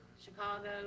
Chicago